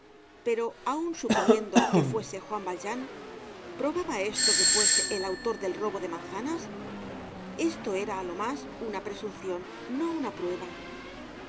pero aun suponiendo que fuese juan valjean probaba esto que fuese el autor del robo de manzanas esto eraá lo mas una presuncion no una prueba